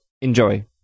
enjoy